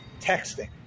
texting